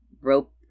rope